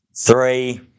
Three